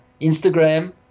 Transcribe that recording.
Instagram